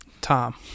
tom